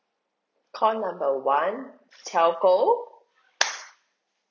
call number one telco